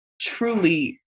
truly